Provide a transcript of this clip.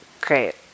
Great